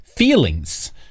Feelings